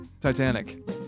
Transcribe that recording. Titanic